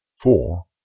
Four